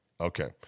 Okay